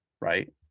right